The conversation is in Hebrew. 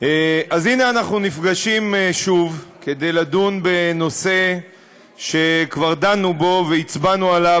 אז הנה אנחנו נפגשים שוב כדי לדון בנושא שכבר דנו בו והצבענו עליו,